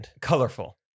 colorful